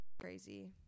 Crazy